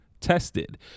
tested